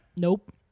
Nope